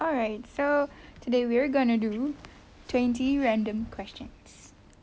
alright so today we're gonna do twenty random questions